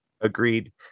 agreed